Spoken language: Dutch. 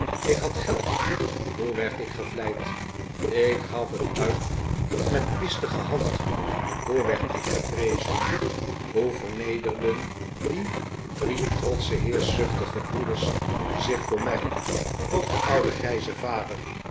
ik had geld hoe werd ik gevleid ik gaf het uit met kwistige hand hoe werd ik ge prezenl hoe vernederden die drie trotsche heerschzuchtige broeders zich voor mij ook de oude grijze vader